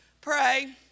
Pray